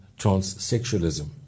transsexualism